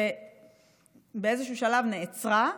שבאיזשהו שלב נעצרה,